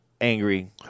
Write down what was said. angry